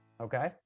okay